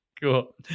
cool